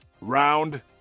Round